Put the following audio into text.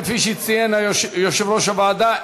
כפי שציין יושב-ראש הוועדה,